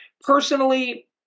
Personally